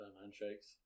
handshakes